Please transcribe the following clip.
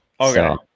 Okay